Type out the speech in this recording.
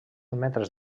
metres